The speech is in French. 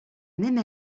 même